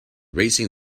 racing